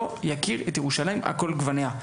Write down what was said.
לא יכיר את ירושלים על כל גווניה.